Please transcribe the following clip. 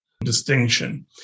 distinction